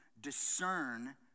discern